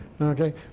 Okay